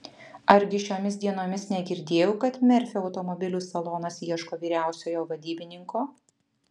argi šiomis dienomis negirdėjau kad merfio automobilių salonas ieško vyriausiojo vadybininko